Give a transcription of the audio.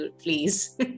please